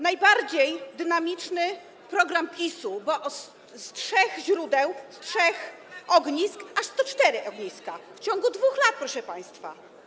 Najbardziej dynamiczny program PiS-u, bo z trzech źródeł, z trzech ognisk aż 104 ogniska w ciągu 2 lat, proszę państwa.